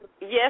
yes